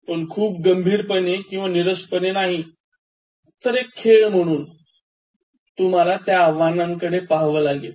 पण खूप गंभीरपणे किंवा निरसपणे नाही तर एक खेळ म्हणून तुम्हाला त्या आव्हानांकडे पाहावं लागेल